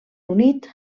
unit